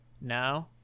No